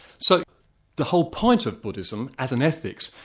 so the whole point of buddhism as an ethics,